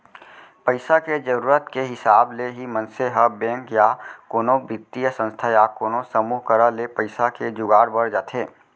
पइसा के जरुरत के हिसाब ले ही मनसे ह बेंक या कोनो बित्तीय संस्था या कोनो समूह करा ले पइसा के जुगाड़ बर जाथे